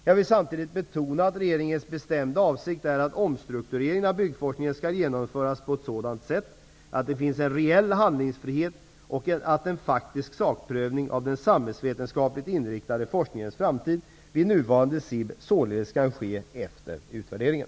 Jag vill samtidigt betona att regeringens bestämda avsikt är att omstruktureringen av byggforskningen skall genomföras på ett sådant sätt att det finns en reell handlingsfrihet och att en faktisk sakprövning av den samhällsvetenskapligt inriktade forskningens framtid vid nuvarande SIB således kan ske efter utvärderingen.